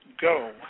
go